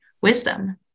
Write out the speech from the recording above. wisdom